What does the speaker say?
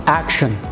action